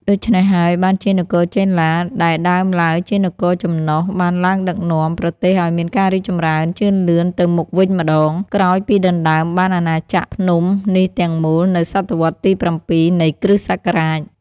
ដូច្នេះហើយ បានជានគរចេនឡា ដែលដើមឡើយជានគរចំណុះ បានឡើងដឹកនាំ ប្រទេសឱ្យមានការរីកចម្រើនជឿនលឿនទៅមុខវិញម្តង ក្រោយពីដណ្តើមបានអាណាចក្រភ្នំនេះទាំងមូលនៅសតវត្សរ៍ទី៧ នៃគ្រិស្តសករាជ។